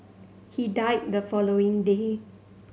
he died the following day